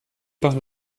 par